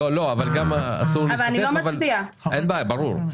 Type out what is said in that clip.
אין בעיה ברור.